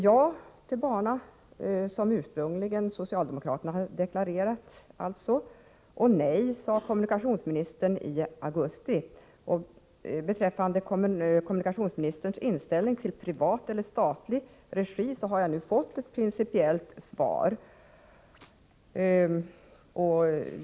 Socialdemokraterna har alltså ursprungligen sagt ja till banan. Men i augusti sade kommunikationsministern nej. Beträffande kommunikationsministerns inställning till om banan skall vara i privat eller statlig regi har jag nu fått ett principiellt svar.